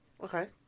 Okay